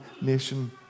nation